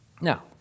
Now